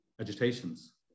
agitations